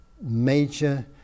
major